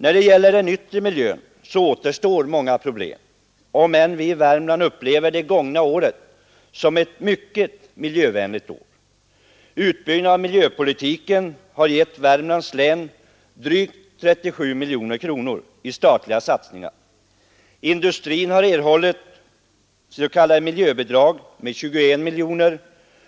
När det gäller den yttre miljön återstår många problem, även om vi i Värmland upplever det gångna året som ett mycket miljövänligt år. Utbyggnaden av miljöpolitiken har gett Värmlands län drygt 37 256 000 kronor i statliga satsningar. Industrin har erhållit s.k. miljöbidrag med 21 642 000 kronor,